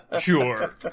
Sure